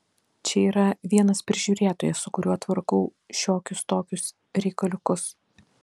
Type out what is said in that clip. čia yra vienas prižiūrėtojas su kuriuo tvarkau šiokius tokius reikaliukus